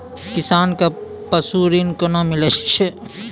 किसान कऽ पसु ऋण कोना मिलै छै?